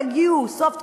יהיו בסוף התקופה,